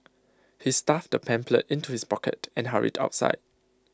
he stuffed the pamphlet into his pocket and hurried outside